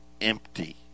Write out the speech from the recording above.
empty